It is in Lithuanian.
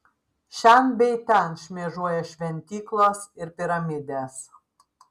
šen bei ten šmėžuoja šventyklos ir piramidės